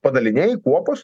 padaliniai kuopos